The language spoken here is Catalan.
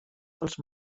pels